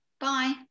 Bye